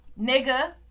Nigga